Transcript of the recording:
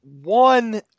One